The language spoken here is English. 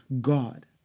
God